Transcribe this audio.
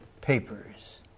papers